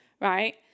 right